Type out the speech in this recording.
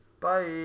Bye